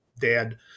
dad